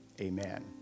Amen